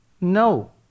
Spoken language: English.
no